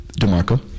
DeMarco